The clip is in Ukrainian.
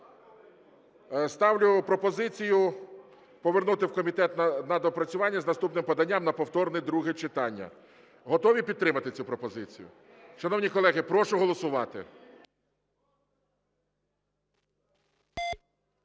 ставлю пропозицію повернути в комітет на доопрацювання з наступним поданням на повторне друге читання. Готові підтримати цю пропозицію? Шановні колеги, прошу голосувати.